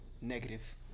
Negative